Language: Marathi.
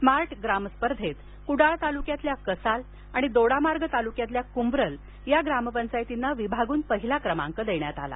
स्मार्ट ग्राम स्पर्धेत कृडाळ तालुक्यातल्या कसाल आणि दोडामार्ग तालुक्यतल्या कृंब्रल या ग्राम पंचायतींना विभागून पहिला क्रमांक देण्यात आला